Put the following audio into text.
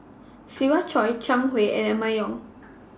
Siva Choy Zhang Hui and Emma Yong